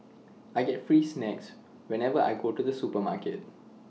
I get free snacks whenever I go to the supermarket